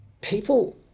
people